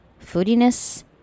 Foodiness